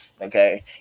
Okay